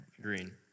Green